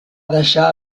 deixar